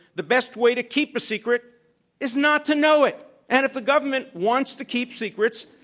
the best way to keep a secret is not to know it. and if the government wants to keep secrets,